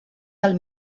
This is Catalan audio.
del